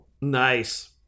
Nice